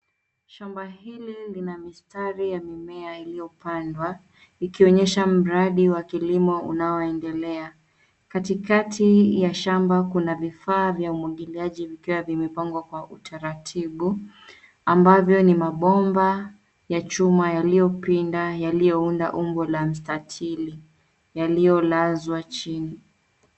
Shamba hili lina mistari ya mimea iliyopandwa ikionyesha mradi wa kilimo unaoendelea. Katikati ya shamba, kuna vifaa vya umwagiliaji vipya vimepangwa kwa utaratibu, ambavyo ni mabomba ya chuma yaliyopinda, yaliyounda umbo la mstatili, yaliyolazwa chini.